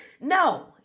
No